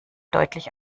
deutlich